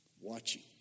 watching